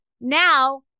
now